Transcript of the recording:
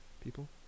people